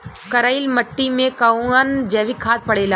करइल मिट्टी में कवन जैविक खाद पड़ेला?